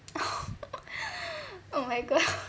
oh my god